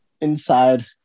Inside